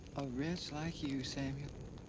a wretch like you, samuel.